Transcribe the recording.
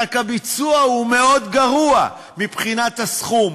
רק הביצוע הוא מאוד גרוע מבחינת הסכום,